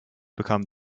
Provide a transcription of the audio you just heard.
become